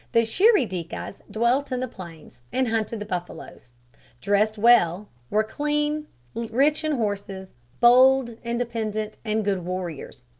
the shirry-dikas dwelt in the plains, and hunted the buffaloes dressed well were cleanly rich in horses bold, independent, and good warriors.